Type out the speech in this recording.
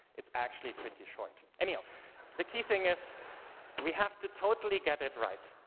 it's actually pretty short anyhow the key thing is we have to totally get it right.